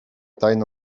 tajną